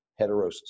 heterosis